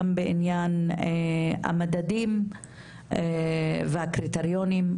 גם בעניין המדדים והקריטריונים.